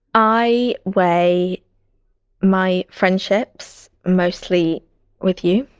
i weigh my friendships, mostly with you.